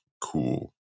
cool